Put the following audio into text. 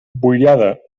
boirada